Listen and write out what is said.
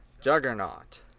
juggernaut